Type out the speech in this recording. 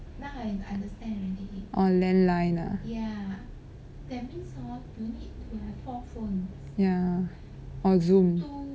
oh land line ah ya or zoom